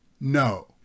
No